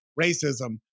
racism